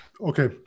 Okay